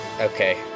Okay